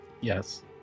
Yes